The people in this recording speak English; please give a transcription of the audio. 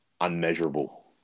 unmeasurable